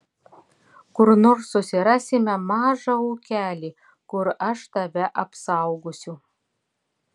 kur nors susirasime mažą ūkelį kur aš tave apsaugosiu